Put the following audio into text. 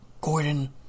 Gordon